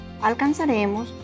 alcanzaremos